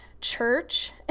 church